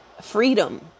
freedom